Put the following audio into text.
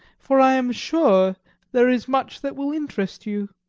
for i am sure there is much that will interest you.